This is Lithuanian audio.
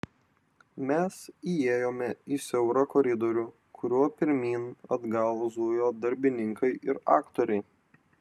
mes įėjome į siaurą koridorių kuriuo pirmyn atgal zujo darbininkai ir aktoriai